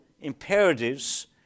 imperatives